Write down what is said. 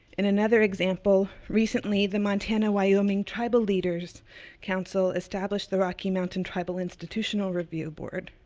in another example, recently the montana wyoming tribal leaders council established the rocky mountain tribal institutional review board,